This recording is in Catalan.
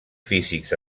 físics